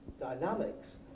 dynamics